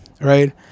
right